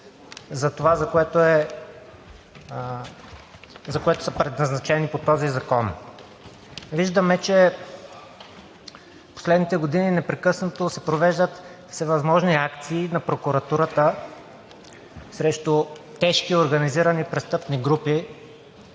за това, за което са предназначени по този закон. Виждаме, че последните години непрекъснато се провеждат всевъзможни акции на прокуратурата срещу тежки организирани престъпни групи